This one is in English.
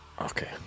Okay